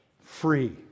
free